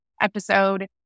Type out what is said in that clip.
episode